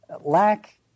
lack